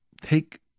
take